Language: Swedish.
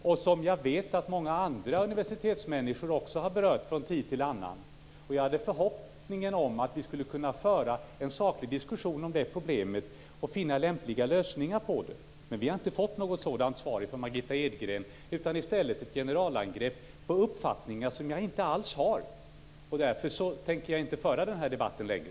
Jag vet att också många andra universitetsmänniskor har berört det problemet från tid till annan. Jag hade den förhoppningen att vi skulle kunna föra en saklig diskussion om det problemet och finna lämpliga lösningar på det. Men jag har inte fått något sådant svar från Margitta Edgren, utan i stället gjorde hon ett generalangrepp på uppfattningar som jag inte alls har. Därför tänker jag inte föra den här debatten längre.